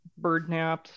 birdnapped